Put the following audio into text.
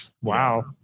Wow